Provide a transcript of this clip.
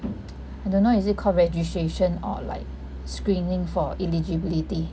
I don't know is it called registration or like screening for eligibility